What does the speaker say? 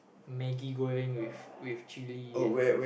Maggie-Goreng with with chilli and